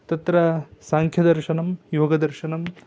तत्र साङ्ख्यदर्शनं योगदर्शनम्